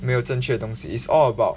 没有正确东西 is all about